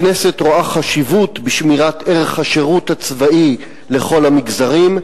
הכנסת רואה חשיבות בשמירת ערך השירות הצבאי לכל המגזרים.